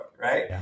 right